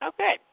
Okay